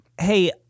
Hey